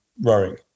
rowing